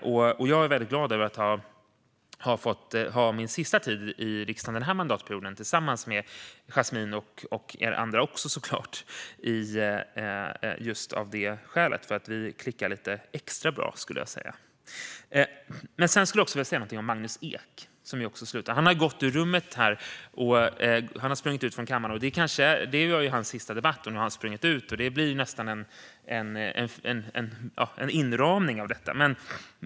Av just detta skäl är jag väldigt glad över att ha haft min sista tid under denna mandatperiod tillsammans med Yasmine, och er andra också såklart, eftersom vi klickar lite extra bra. Jag skulle också vilja säga någonting om Magnus Ek som också slutar. Detta har varit hans sista debatt, och han har sprungit ut från kammaren. Det blir nästan en inramning av detta.